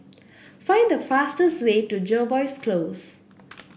find the fastest way to Jervois Close